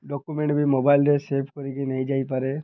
document ବି ମୋବାଇଲ୍ରେ save କରିକି ନେଇଯାଇପାରେ